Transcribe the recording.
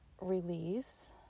release